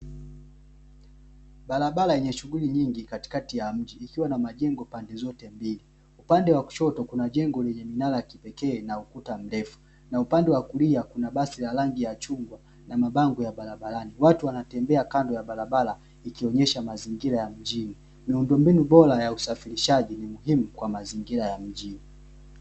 Barabara yenye shughuli nyingi katikati ya mji ikiwa kote imezingirwa na majengo upande wa kushoto kuna jengo la kipekee kulia kuna basi la rangi ya chungwa watu wanatembea kando ya barabara kuonyesha mazingira ya mjini na miundombinu bora ipo kwa ajili ya matumizi ya mjini